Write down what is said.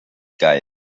geil